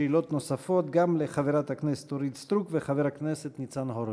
שאלות נוספות גם לחברת הכנסת אורית סטרוק וחבר הכנסת ניצן הורוביץ.